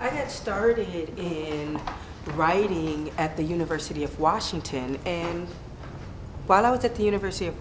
i had started in writing at the university of washington and while i was at the university of